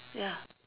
ya